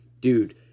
Dude